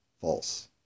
false